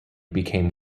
became